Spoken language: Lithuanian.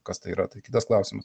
kas tai yra tai kitas klausimas